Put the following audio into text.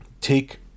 take